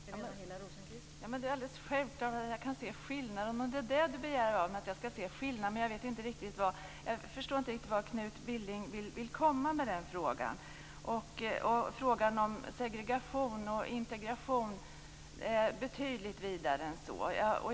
Fru talman! Det är alldeles självklart att jag kan se skillnaderna, om det är det du begär av mig. Men jag förstår inte riktigt vart Knut Billing vill komma med den frågan. Frågan om segregation och integration är betydligt vidare än så.